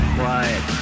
quiet